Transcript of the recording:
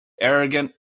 Arrogant